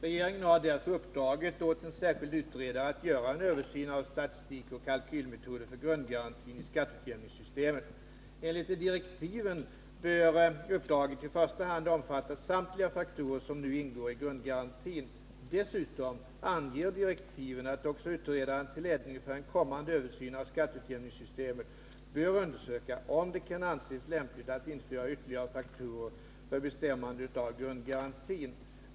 Regeringen har därför uppdragit åt en särskild utredare att göra en översyn av statistik och kalkylmetoder för grundgarantin i skatteutjämningssystemet. Enligt direktiven bör uppdraget i första hand omfatta samtliga faktorer som nu ingår i grundgarantin. Dessutom anger direktiven också att utredaren till ledning för en kommande översyn av skatteutjämningssystemet bör undersöka om det kan anses lämpligt att införa ytterligare faktorer för bestämmande av grundgarantin.